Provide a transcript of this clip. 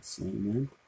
Amen